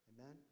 Amen